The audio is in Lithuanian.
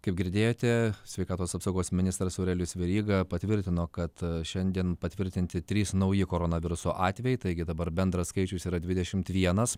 kaip girdėjote sveikatos apsaugos ministras aurelijus veryga patvirtino kad šiandien patvirtinti trys nauji koronaviruso atvejai taigi dabar bendras skaičius yra dvidešimt vienas